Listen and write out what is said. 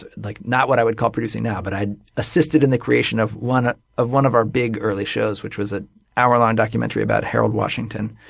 like not what i would call producing now, but i had assisted in the creation of one ah of one of our big early shows which was an ah hour long documentary about harold washington,